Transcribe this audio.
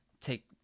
take